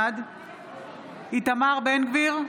בעד איתמר בן גביר,